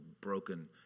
broken